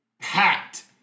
packed